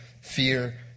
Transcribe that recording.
fear